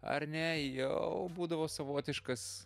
ar ne jau būdavo savotiškas